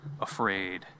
afraid